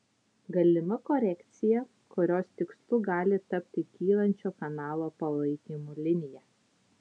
galima korekcija kurios tikslu gali tapti kylančio kanalo palaikymo linija